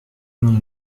none